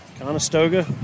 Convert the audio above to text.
Conestoga